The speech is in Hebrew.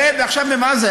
זה משהו אחר,